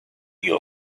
you